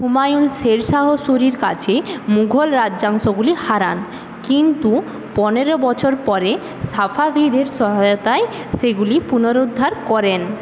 হুমায়ুন শের শাহ সুরির কাছে মুঘল রাজ্যাংশগুলি হারান কিন্তু পনেরো বছর পরে সাফাভিদের সহায়তায় সেগুলি পুনরুদ্ধার করেন